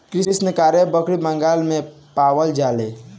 कृष्णकाय बकरी बंगाल में पावल जाले